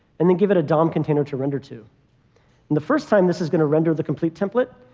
and then give it a dom container to render to. and the first time, this is going to render the complete template.